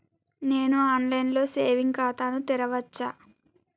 నేను online లో saving ఖాతా ను తెరవచ్చా?